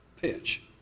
pitch